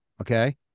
okay